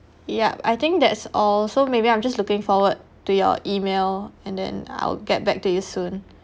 yup I think that's all so maybe I'm just looking forward to your email and then I'll get back to you soon